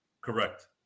correct